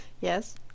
Yes